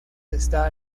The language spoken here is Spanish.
está